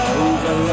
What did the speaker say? over